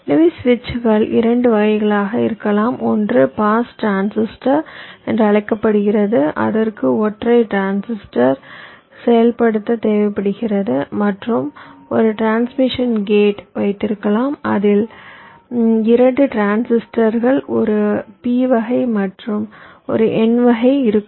எனவே சுவிட்சுகள் 2 வகைகளாக இருக்கலாம் ஒன்று பாஸ் டிரான்சிஸ்டர் என்று அழைக்கப்படுகிறது அதற்கு ஒற்றை டிரான்சிஸ்டர் செயல்படுத்த தேவைப்படுகிறது மற்றும் ஒரு டிரான்ஸ்மிஷன் கேட் வைத்திருக்கலாம் அதில் இரண்டு டிரான்சிஸ்டர்கள் ஒரு p வகை மற்றும் ஒரு N வகை இருக்கும்